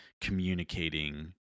communicating